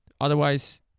otherwise